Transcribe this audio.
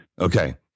Okay